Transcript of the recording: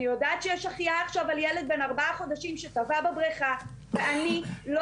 אני יודעת שיש החייאה עכשיו על ילד בן ארבעה חודשים שטבע בבריכה ואני לא